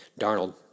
Darnold